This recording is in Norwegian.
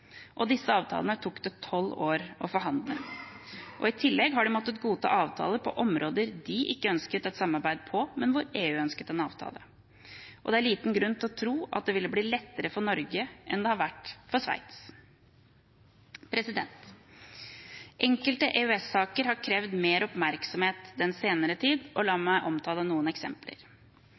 og disse avtalene tok det tolv år å forhandle. I tillegg har de måttet godta avtaler på områder de ikke ønsket et samarbeid på, men hvor EU ønsket en avtale. Det er liten grunn til å tro at det ville bli lettere for Norge enn det har vært for Sveits. Enkelte EØS-saker har krevd mer oppmerksomhet den senere tid. La meg omtale noen eksempler: